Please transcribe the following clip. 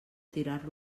tirar